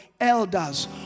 Elders